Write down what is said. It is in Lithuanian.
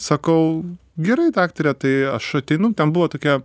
sakau gerai daktare tai aš ateinu ten buvo tokia